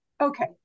Okay